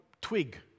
twig